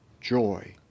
joy